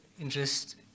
interest